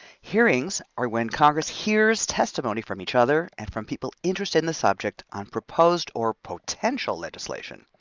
hearings are when congress hears testimony from each other and from people interested in the subject on proposed or potential legislation.